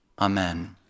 Amen